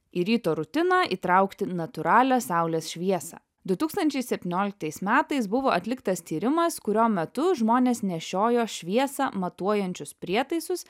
į ryto rutiną įtraukti natūralią saulės šviesą du tūkstančiai septynioliktais metais buvo atliktas tyrimas kurio metu žmonės nešiojo šviesą matuojančius prietaisus